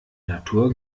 natur